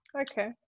Okay